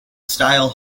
style